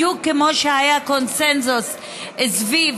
בדיוק כמו שהיה קונסנזוס סביב,